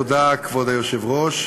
תודה, כבוד היושב-ראש.